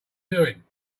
doing